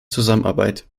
zusammenarbeit